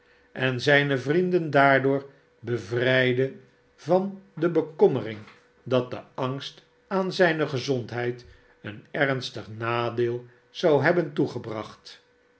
en zijne vrienden daardoor bevrijdde van de bekommering dat de angst aan zijne gezondheid een ernstig nadeel zou hebben toegebracht